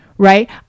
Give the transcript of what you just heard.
right